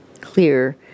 clear